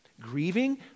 grieving